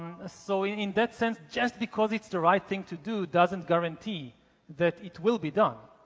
so in that sense, just because it's the right thing to do doesn't guarantee that it will be done.